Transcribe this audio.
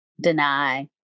deny